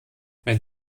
mein